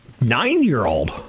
nine-year-old